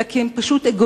אלא כי הם פשוט אגואיסטים.